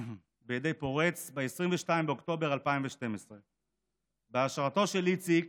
בידי פורץ ב-22 באוקטובר 2012. בהשראתו של איציק